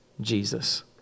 Jesus